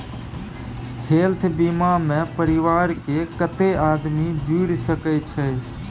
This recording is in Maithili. हेल्थ बीमा मे परिवार के कत्ते आदमी जुर सके छै?